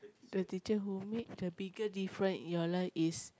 the teacher who make the bigger difference in your life is